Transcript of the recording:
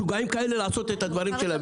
לעשות את הדברים שלהם.